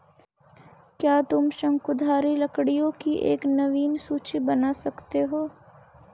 क्या तुम शंकुधारी लकड़ियों की एक नवीन सूची बना सकते हो?